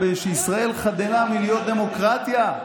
שישראל חדלה מלהיות דמוקרטיה.